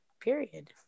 period